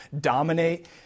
dominate